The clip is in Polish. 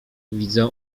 widzę